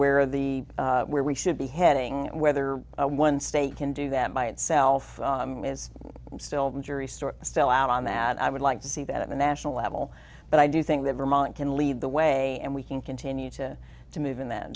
where the where we should be heading whether one state can do that by itself is still the jury story still out on that i would like to see that at the national level but i do think that vermont can lead the way and we can continue to to move in that